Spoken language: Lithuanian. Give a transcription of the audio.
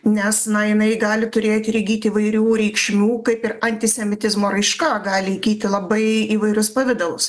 nes na jinai gali turėti ir įgyti įvairių reikšmių kaip ir antisemitizmo raiška gali įgyti labai įvairius pavidalus